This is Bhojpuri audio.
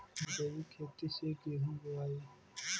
जैविक खेती से गेहूँ बोवाई